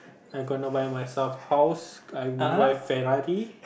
I gonna buy my stuff house I gonna buy Ferrari